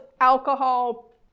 alcohol